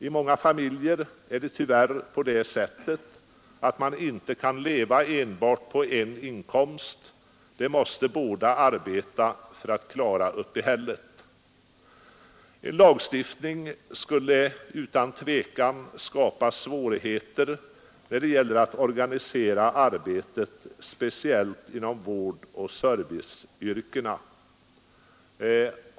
I många familjer är det tyvärr så att man inte kan leva enbart på en inkomst, utan båda måste arbeta för att klara uppehället. En lagstiftning skulle utan tvivel skapa svårigheter när det gäller att organisera arbetet, speciellt inom vårdoch serviceyrkena.